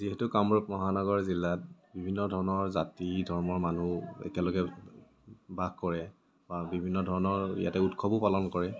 যিহেতু কামৰূপ মহানগৰ জিলাত বিভিন্ন ধৰণৰ জাতি ধৰ্মৰ মানুহ একেলগে বাস কৰে বা বিভিন্ন ধৰণৰ ইয়াতে উৎসৱো পালন কৰে